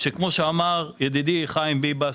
שכמו שאמר ידידי חיים ביבס,